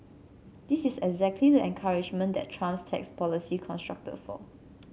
this is exactly the encouragement that Trump's tax policy constructed for